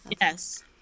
yes